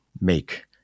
make